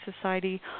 society